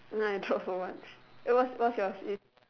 then I drop so much eh what's what's yours is